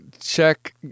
Check